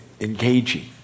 engaging